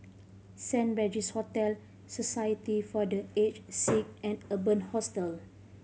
Saint Regis Hotel Society for The Aged Sick and Urban Hostel